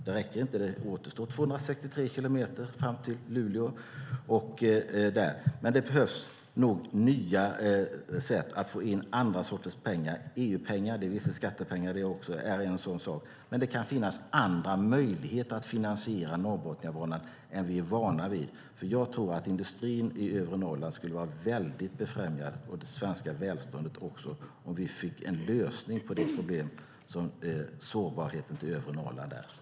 Det återstår 263 kilometer fram till Luleå. Det behövs nog nya sätt att få in andra sorters pengar. EU-pengar - det är skattepengar det också - är en sådan sak, och det kan finnas andra möjligheter att finansiera Norrbotniabanan än vi är vana vid. Jag tror att industrin i övre Norrland - och även det svenska välståndet - skulle främjas mycket om vi fick en lösning på det problem som sårbarheten i övre Norrland är.